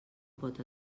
pot